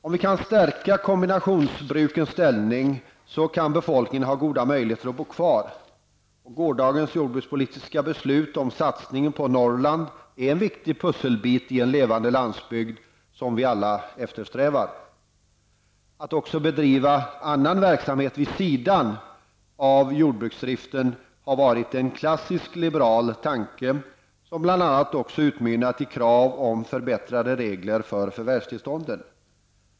Om vi kan stärka kombinationsjordbrukens ställning, kan befolkningen få möjligheter att bo kvar. Gårdagens jordbrukspolitiska beslut om satsningen på Norrland är en viktig pusselbit i den levande landsbygd som vi alla eftersträvar. Att också bedriva annan verksamhet vid sidan av jordbruksdriften har varit en klassisk liberal tanke, som bl.a. utmynnat i krav om förbättrade regler för förvärvstillstånd.